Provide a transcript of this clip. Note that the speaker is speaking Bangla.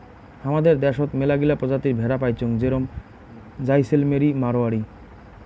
হামাদের দ্যাশোত মেলাগিলা প্রজাতির ভেড়া পাইচুঙ যেরম জাইসেলমেরি, মাড়োয়ারি